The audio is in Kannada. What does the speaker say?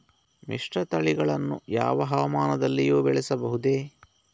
ಮಿಶ್ರತಳಿಗಳನ್ನು ಯಾವ ಹವಾಮಾನದಲ್ಲಿಯೂ ಬೆಳೆಸಬಹುದೇ?